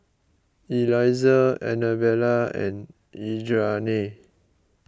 Elizah Annabella and Idamae